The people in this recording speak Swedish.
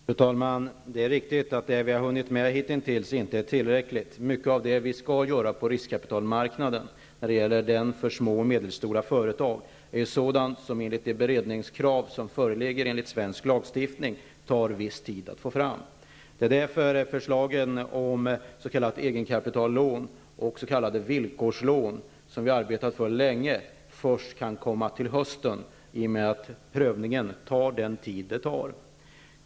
Fru talman! Det är riktigt att det vi har hunnit med hitintills inte är tillräckligt. Mycket av det vi skall göra på riskkapitalmarknaden, för små och medelstora företag, är sådant som enligt beredningskraven i svensk lagstiftning tar viss tid att få fram. Det är därför förslagen om s.k. egenkapitallån och villkorslån, som vi har arbetat för länge, först kan komma till hösten. Prövningen tar den tid den tar.